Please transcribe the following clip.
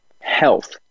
health